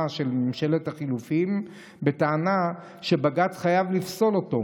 של ממשלת החילופים בטענה שבג"ץ חייב לפסול אותו,